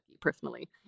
personally